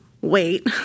wait